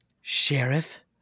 Sheriff